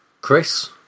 Chris